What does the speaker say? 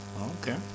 Okay